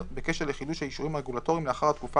בקשר לחידוש האישורים הרגולטוריים לאחר התקופה